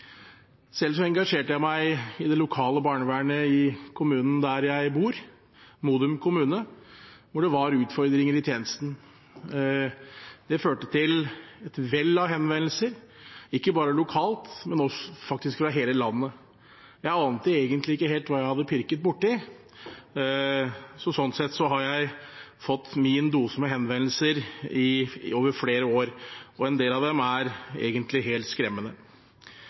Selv engasjerte jeg meg i det lokale barnevernet i kommunen der jeg bor, Modum kommune, hvor det var utfordringer i tjenesten. Det førte til et vell av henvendelser, ikke bare lokalt, men faktisk fra hele landet. Jeg ante egentlig ikke helt hva jeg hadde pirket borti. Sånn sett har jeg fått min dose med henvendelser over flere år, og en del av dem er egentlig helt skremmende.